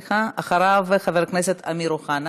אחריו, חבר הכנסת אמיר אוחנה.